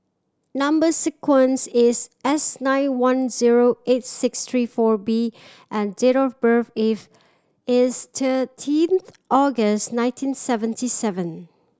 number sequence is S nine one zero eight six three four B and date of birth is thirteen August nineteen seventy seven